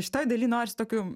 šitoj daly noris tokių